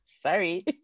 Sorry